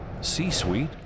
C-Suite